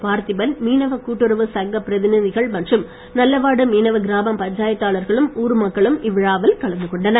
பார்த்திபன் மீனவ கூட்டுறவு சங்க பிரதிநிதிகள் மற்றும் நல்லவாடு மீனவ கிராம பஞ்சாயத்தார்களும் ஊர் மக்களும் இவ்விழாவில் கலந்து கொண்டனர்